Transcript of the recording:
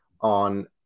on